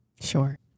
Sure